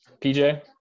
PJ